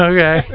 Okay